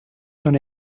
son